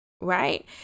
right